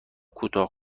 کوتاه